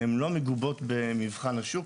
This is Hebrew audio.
הן לא מגובות במבחן השוק